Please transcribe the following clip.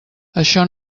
això